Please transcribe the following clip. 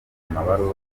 amabaruwa